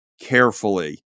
carefully